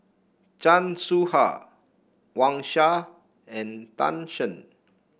Chan Soh Ha Wang Sha and Tan Shen